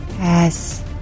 Yes